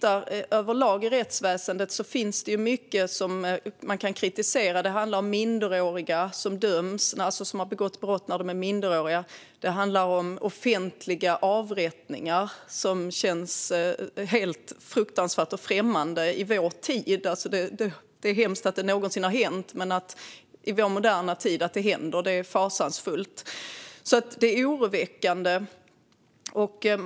Det finns mycket man kan kritisera i Irans rättsväsen. Det handlar om människor som döms för brott de begått när de var minderåriga. Det handlar om offentliga avrättningar, något som känns helt främmande och fruktansvärt i vår tid. Det är hemskt att det någonsin har hänt, men att det händer i vår moderna tid är fasansfullt. Allt detta är oroväckande.